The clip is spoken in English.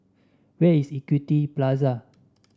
where is Equity Plaza